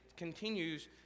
...continues